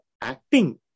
acting